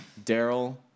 Daryl